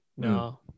No